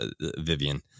Vivian